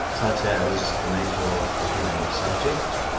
such as the nature of the human subject,